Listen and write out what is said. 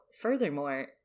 furthermore